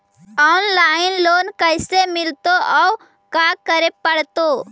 Online loan कैसे मिलतै औ का करे पड़तै?